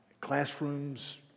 classrooms